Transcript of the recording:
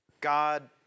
God